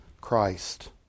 Christ